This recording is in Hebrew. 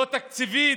לא תקציבים,